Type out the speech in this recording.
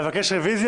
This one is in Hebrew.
הישיבה